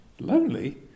lonely